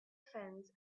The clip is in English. fence